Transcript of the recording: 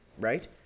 right